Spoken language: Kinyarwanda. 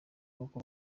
n’uko